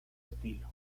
estilo